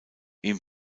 ihm